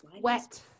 Wet